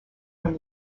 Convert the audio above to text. from